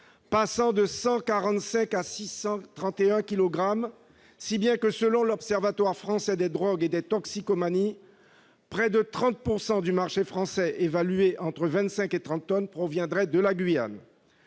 passant de 145 à 631 kilogrammes ! Si bien que, selon l'Observatoire français des drogues et des toxicomanies, près de 30 % du marché français, évalué entre 25 et 30 tonnes, proviendrait de la Guyane.